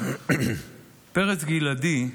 פרץ גלעדי,